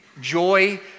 joy